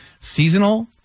seasonal